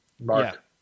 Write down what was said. mark